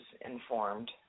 informed